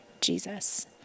Jesus